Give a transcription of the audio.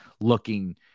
looking